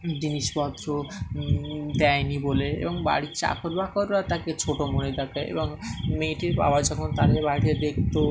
জিনিসপত্র দেয়নি বলে এবং বাড়ির চাকর বাকররা তাকে ছোট মনে তাকে এবং মেয়েটির বাবা যখন তাদের বাড়িতে দেখত